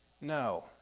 No